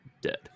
dead